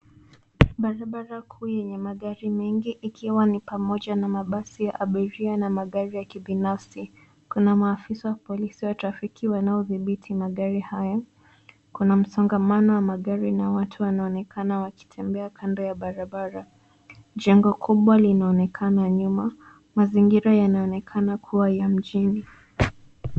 Barabara kuu yenye magari mengi ikiwa ni pamoja na mabasi ya abiria na magari ya kibinafsi. Kuna maafisa wa polisi wa trafiki wanao dhibiti magari hayo, kuna msongamano wa magari na watu wanaonekana wakitembea kando ya barabara. Jengo kubwa linaonekana nyuma, mazingira yanaonekana kuwa ya mjini.